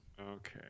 Okay